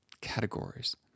categories